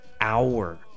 hour